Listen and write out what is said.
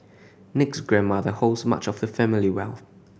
Nick's grandmother holds much of the family wealth